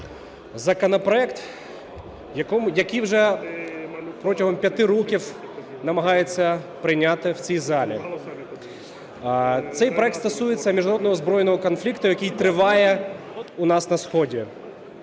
законопроект, який вже протягом п'яти років намагаються прийняти в цій залі. Цей проект стосується міжнародного збройного конфлікту, який триває у нас на сході.